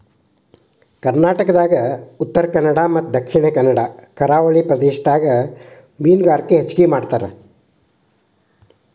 ಕರ್ನಾಟಕದಾಗ ಉತ್ತರಕನ್ನಡ ಮತ್ತ ದಕ್ಷಿಣ ಕನ್ನಡ ಕರಾವಳಿ ಪ್ರದೇಶದಾಗ ಮೇನುಗಾರಿಕೆ ಹೆಚಗಿ ಮಾಡ್ತಾರ